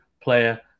player